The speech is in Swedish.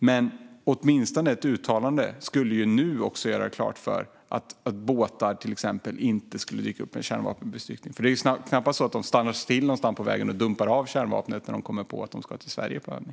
Men åtminstone ett uttalande skulle redan nu göra klart att till exempel båtar inte ska dyka upp med kärnvapenbestyckning. Det är ju knappast så att de stannar till någonstans på vägen och dumpar kärnvapnen när de kommer på att de ska till Sverige på övning.